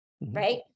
right